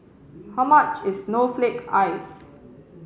how much is snowflake ice